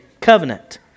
covenant